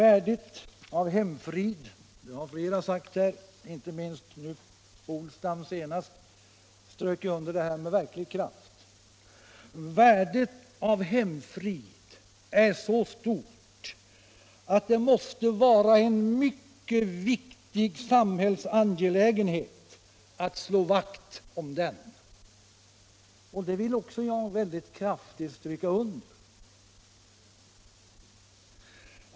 Flera talare har sagt — herr Polstam underströk det senast med verklig kraft — att värdet av hemfrid är så stort, att det måste vara en mycket viktig samhällsangelägenhet att slå vakt om den. Det vill också jag kraftigt stryka under.